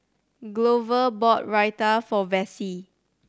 Glover bought Raita for Vassie